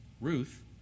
Ruth